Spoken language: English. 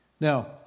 Now